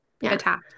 Attack